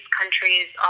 countries